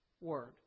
word